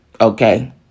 okay